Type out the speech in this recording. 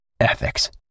Ethics